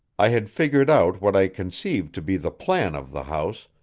i had figured out what i conceived to be the plan of the house,